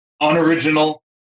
Unoriginal